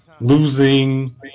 losing